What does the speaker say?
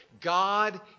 God